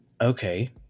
okay